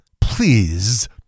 Please